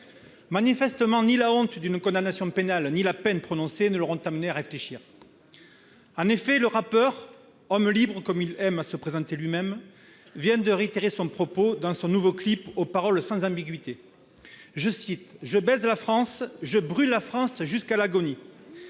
Manifestement, ni la honte d'une condamnation pénale ni la peine prononcée ne l'auront amené à réfléchir. En effet, le rappeur, homme libre, comme il aime à se présenter lui-même, vient de réitérer son propos dans son nouveau clip aux paroles sans ambiguïté :« Je baise la France ; je brûle la France jusqu'à l'agonie ».